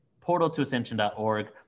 portaltoascension.org